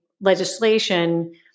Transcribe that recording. legislation